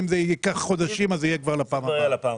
אם זה ייקח חודשים, אז יהיה כבר לפעם הבאה.